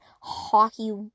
hockey